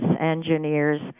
engineers